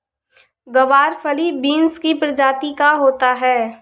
ग्वारफली बींस की प्रजाति का होता है